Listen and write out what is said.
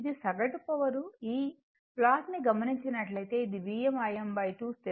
ఇది సగటు పవర్ ఈ ప్లాట్ ని గమనించినట్లైతే ఇది Vm Im2 స్థిరంగా ఉంటుంది